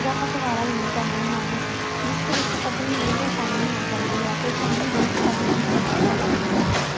ਜਾਂ ਅਖਬਾਰਾਂ ਲਈਆਂ ਜਾਂਦੀਆਂ ਹਨ ਜਿਸ ਵਿੱਚ ਕਟਿੰਗ ਲਈ ਆਸਾਨੀ ਹੋ ਜਾਂਦੀ ਹੈ ਅਤੇ ਸਾਨੂੰ ਬਹੁਤ ਸਾਰੀਆਂ ਚੀਜ਼ਾਂ ਦਾ ਪਤਾ ਲੱਗਦਾ ਹੈ